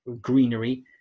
greenery